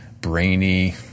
brainy